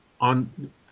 on